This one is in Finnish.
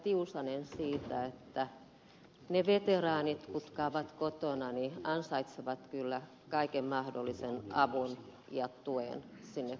tiusanen siitä että ne veteraanit jotka ovat kotona ansaitsevat kyllä kaiken mahdollisen avun ja tuen sinne kotiinsa